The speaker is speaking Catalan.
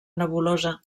nebulosa